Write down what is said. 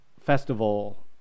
festival